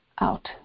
out